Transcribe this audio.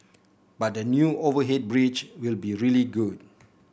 but the new overhead bridge will be really good